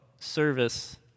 service